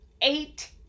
eight